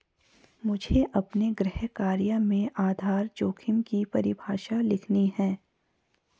मुझे अपने गृह कार्य में आधार जोखिम की परिभाषा लिखनी है